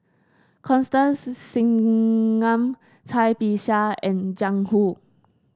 Constance Singam Cai Bixia and Jiang Hu